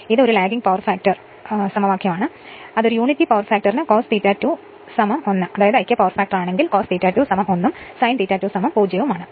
ഇത് ഒരു lagging power factor ആണെങ്കിൽ അത് ഒരു ഐക്യ പവർഫാക്ടർ ആണെങ്കിൽ cos∅ 2 1 ഉം sin∅ 2 0 ഉം ആണ്